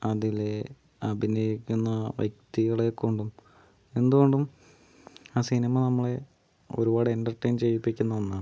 അതില് അഭിനയിക്കുന്ന വ്യക്തികളെക്കൊണ്ടും എന്തുകൊണ്ടും ആ സിനിമ നമ്മളെ ഒരുപാട് എൻറ്റർടൈൻ ചെയ്യിപ്പിക്കുന്ന ഒന്നാണ്